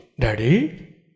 Daddy